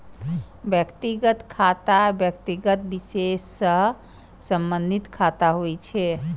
व्यक्तिगत खाता व्यक्ति विशेष सं संबंधित खाता होइ छै